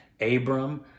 Abram